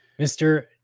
Mr